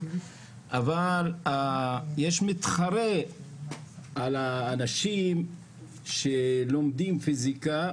אבל יש מתחרה על האנשים שלומדים פיזיקה,